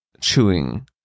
chewing